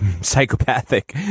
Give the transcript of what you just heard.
Psychopathic